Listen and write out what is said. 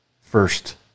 first